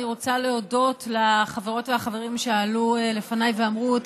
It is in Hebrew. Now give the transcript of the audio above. אני רוצה להודות לחברות והחברים שעלו לפניי ואמרו את